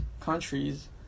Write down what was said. countries